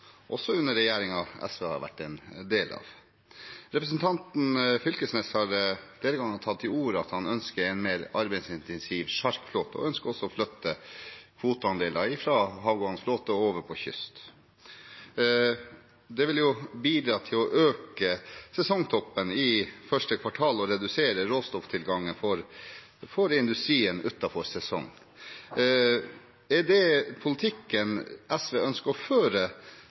også under den regjeringen SV var en del av. Representanten Knag Fylkesnes har flere ganger tatt til orde for en mer arbeidsintensiv sjarkflåte, og han ønsker også å flytte kvoteandeler fra havgående flåte og over på kyst. Det vil jo bidra til å øke sesongtoppen i første kvartal og redusere råstofftilgangen for industrien utenfor sesong. Er det politikken SV ønsker å føre,